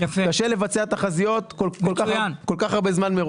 קשה לבצע תחזיות כל כך הרבה זמן מראש.